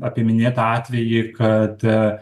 apie minėtą atvejį kad